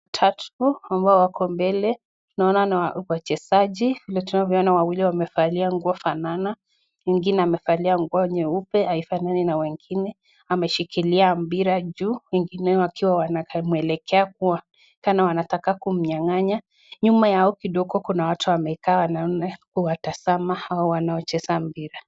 Wa tatu ambao wako mbele. Tunaona ni wachezaji. Vile tunaona wawili wamevalia nguo fanana. Mwingine amevalia nguo nyeupe haifanani na wengine. Ameshikilia mpira juu. Wengineo wakiwa wanamuelekea kana kwamba wanataka kumnyang'anya. Nyuma yao kidogo kuna watu wamekaa wanawatazama hao wanaocheza mpira.